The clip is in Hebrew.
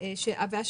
האישור.